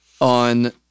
on